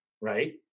right